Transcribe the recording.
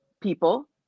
people